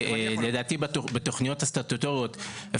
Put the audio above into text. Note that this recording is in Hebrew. לדעתי גם בתוכניות הסטטוטוריות יש לנו